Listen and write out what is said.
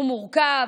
הוא מורכב.